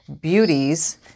beauties